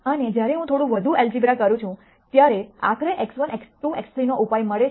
અને જ્યારે હું થોડું વધુ ઐલ્જબ્ર કરું છું ત્યારે આખરે x1 x2 x3 નો ઉપાય મળે છે